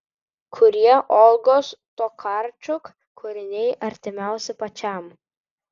kurie olgos tokarčuk kūriniai artimiausi pačiam